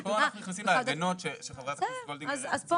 אז פה אנחנו נכנסים להגנות שחברת הכנסת וולדיגר ציינה.